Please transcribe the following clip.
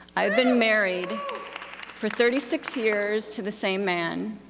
i've been married for thirty six years to the same man,